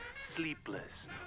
Sleepless